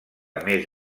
més